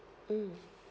mm